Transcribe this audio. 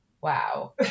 Wow